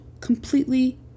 completely